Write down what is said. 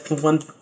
one